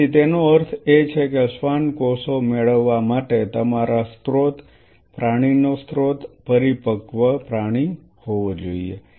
તેથી તેનો અર્થ એ છે કે શ્વાન કોષો મેળવવા માટે તમારા સ્રોત પ્રાણીનો સ્રોત પરિપક્વ પ્રાણી હોવો જોઈએ